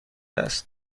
است